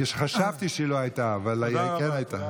כי חשבתי שהיא לא הייתה, אבל היא כן הייתה.